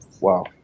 wow